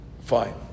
Fine